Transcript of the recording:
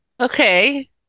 Okay